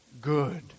good